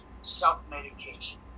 self-medication